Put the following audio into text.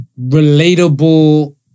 relatable